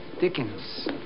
Dickens